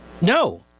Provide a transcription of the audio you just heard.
No